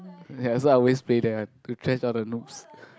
ya so I always play there to trash all the noobs